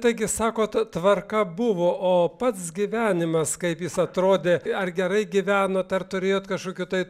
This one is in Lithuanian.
taigi sakot tvarka buvo o pats gyvenimas kaip jis atrodė ar gerai gyvenot ar turėjot kažkokių tai